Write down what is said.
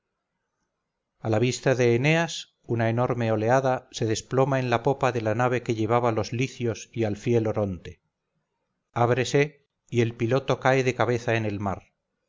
a la vista de eneas una enorme oleada se desploma en la popa de la nave que llevaba los licios y al fiel oronte ábrese y el piloto cae de cabeza en el mar